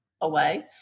away